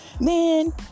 man